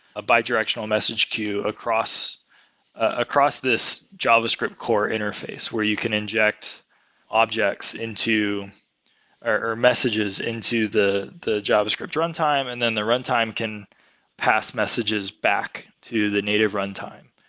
a bidirectional message queue across across this javascript core interface where you can injects objects into or messages into the the javascript runtime and then the runtime can pass messages back to the native runtime.